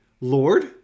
Lord